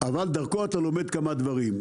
אבל דרכו אתה לומד כמה דברים.